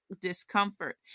discomfort